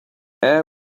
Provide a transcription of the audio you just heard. air